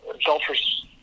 adulterous